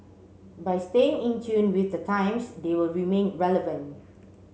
by staying in tune with the times they will remain relevant